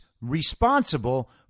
responsible